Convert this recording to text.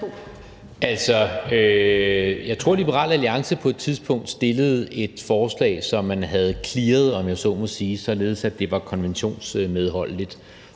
(V): Jeg tror, at Liberal Alliance på et tidspunkt fremsatte et forslag, som man havde clearet, om jeg så må sige, således at det var konventionsmedholdeligt,